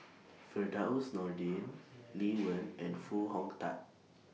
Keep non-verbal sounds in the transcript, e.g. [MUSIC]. [NOISE] Firdaus Nordin Lee Wen and Foo Hong Tatt